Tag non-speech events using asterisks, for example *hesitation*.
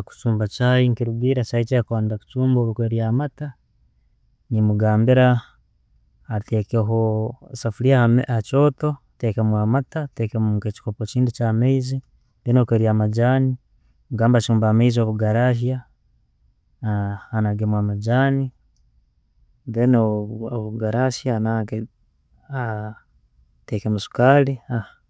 Okuchumba chayi nekirugira chayi ki gyakwenda kuchumba. Bwekuba eli yamata, nemugambira atekeho esofuliiya ama- ha hakyoto, atekemu amata, atekemu nke echikopo kindi ekyamaizi, then okarola amajaani, mugambe achumbe amaizi bwegarahya, *hesitation* anagemu amajaani. Then obu- bwegarahya ananke, atekemu sukaali